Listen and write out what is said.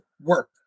Work